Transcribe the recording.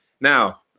Now